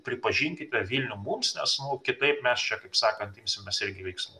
pripažinkite vilnių mums nes kitaip mes čia kaip sakant imsimės veiksmų